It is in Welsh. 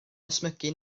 ysmygu